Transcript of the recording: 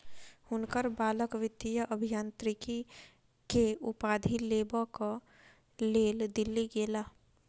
हुनकर बालक वित्तीय अभियांत्रिकी के उपाधि लेबक लेल दिल्ली गेला